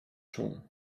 czuł